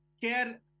care